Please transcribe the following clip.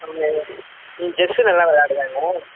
அவங்க ம் செஸ்ஸு நல்லா விளாடுவாங்க